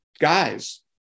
guys